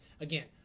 again